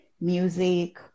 music